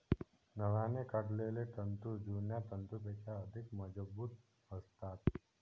नव्याने काढलेले तंतू जुन्या तंतूंपेक्षा अधिक मजबूत असतात